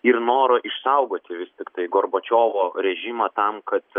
ir noro išsaugoti vis tiktai gorbačiovo režimą tam kad